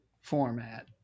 format